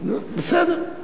בסדר,